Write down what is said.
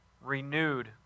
renewed